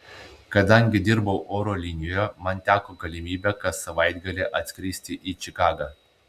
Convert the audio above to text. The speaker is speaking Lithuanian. kadangi dirbau oro linijoje man teko galimybė kas savaitgalį atskristi į čikagą